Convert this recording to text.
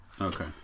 Okay